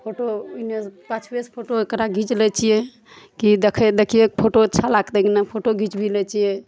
photo उइने पाछुए सऽ फोटो एकरा घीच लै छियै की देखै देखियै फोटो अच्छा लागतै कि नहि फोटो घीच भी लै छियै